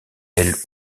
elle